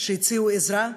שהציעו עזרה,